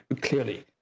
clearly